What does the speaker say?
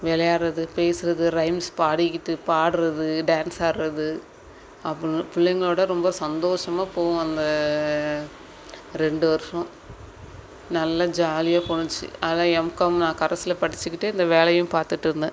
விளையாடுறது பேசுகிறது ரைம்ஸ் பாடிக்கிட்டு பாடுறது டான்ஸ் ஆடுறது அப்புடின்னு பிள்ளைங்களோட ரொம்ப சந்தோஷமாக போகும் அந்த ரெண்டு வருஷம் நல்லா ஜாலியாக போச்சி அதில் எம்காம் நான் கரஸ்ஸில் படித்துக்கிட்டு இந்த வேலையும் பார்த்துட்ருந்தேன்